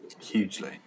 Hugely